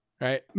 Right